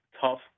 tough